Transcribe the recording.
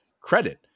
credit